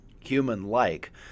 human-like